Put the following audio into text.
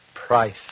Price